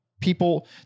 people